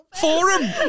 Forum